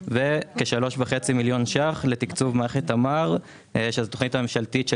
וכ-3.5 מיליון ש"ח לתקצוב מערכת תמר של התוכנית הממשלתית של